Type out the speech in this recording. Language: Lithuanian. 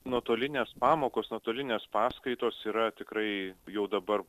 nuotolinės pamokos nuotolinės paskaitos yra tikrai jau dabar